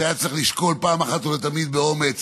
שהיה צריך לשקול פעם אחת ולתמיד באומץ